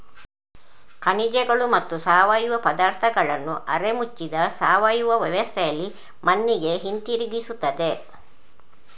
ಖನಿಜಗಳು ಮತ್ತು ಸಾವಯವ ಪದಾರ್ಥಗಳನ್ನು ಅರೆ ಮುಚ್ಚಿದ ಸಾವಯವ ವ್ಯವಸ್ಥೆಯಲ್ಲಿ ಮಣ್ಣಿಗೆ ಹಿಂತಿರುಗಿಸುತ್ತದೆ